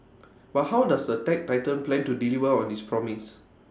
but how does the tech titan plan to deliver on this promise